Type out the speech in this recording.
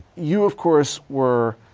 you of course were.